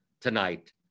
tonight